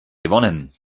gewonnen